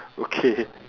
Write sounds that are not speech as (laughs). (laughs) okay